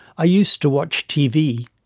i used to watch tv,